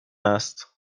است